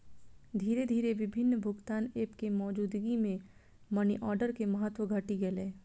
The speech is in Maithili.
धीरे धीरे विभिन्न भुगतान एप के मौजूदगी मे मनीऑर्डर के महत्व घटि गेलै